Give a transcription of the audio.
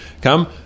come